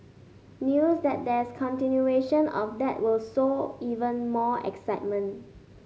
news that there's continuation of that will sow even more excitement